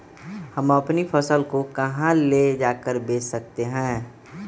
हम अपनी फसल को कहां ले जाकर बेच सकते हैं?